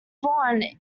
born